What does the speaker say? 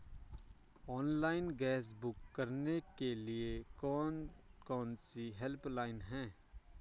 Online gas book करने के लिए कौन कौनसी हेल्पलाइन हैं?